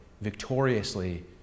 victoriously